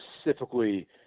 specifically